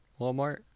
Walmart